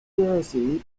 jersey